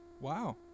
Wow